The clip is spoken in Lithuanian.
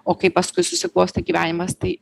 o kaip paskui susiklostė gyvenimas tai